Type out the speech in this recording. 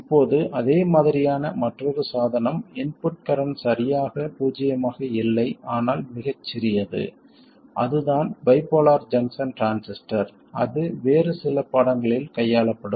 இப்போது அதே மாதிரியான மற்றொரு சாதனம் இன்புட் கரண்ட் சரியாக பூஜ்ஜியமாக இல்லை ஆனால் மிகச்சிறியது அதுதான் பைபோலார் ஜங்ஷன் டிரான்சிஸ்டர் அது வேறு சில பாடங்களில் கையாளப்படும்